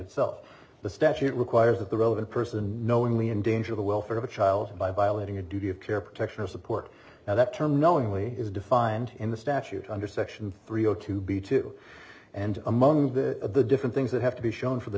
itself the statute requires that the relevant person knowingly endanger the welfare of a child by violating a duty of care protection or support now that term knowingly is defined in the statute under section three zero to be two and among the different things that have to be shown for the